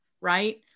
Right